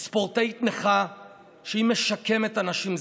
היא ספורטאית נכה שמשקמת אנשים.